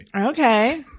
Okay